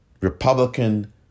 Republican